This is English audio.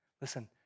Listen